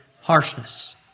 harshness